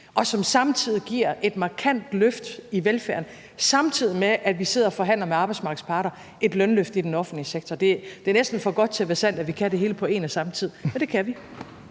og som også giver et markant løft i velfærden, samtidig med at vi sidder med arbejdsmarkedets parter og forhandler et lønløft i den offentlige sektor. Det er næsten for godt til at være sandt, at vi kan det hele på en og samme tid, men det kan vi.